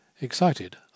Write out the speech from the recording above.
Excited